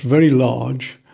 very large,